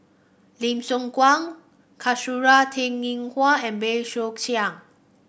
Lim Siong Guan Kasura Teng Ying Hua and Bey Soo Khiang